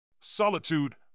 Solitude